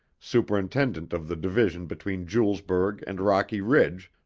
superintendent of the division between julesburg and rocky ridge,